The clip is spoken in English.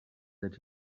that